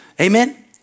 Amen